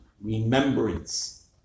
remembrance